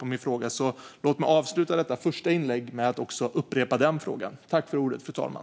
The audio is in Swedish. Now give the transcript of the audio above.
Låt mig därför avsluta mitt första inlägg med att upprepa frågan.